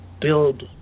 build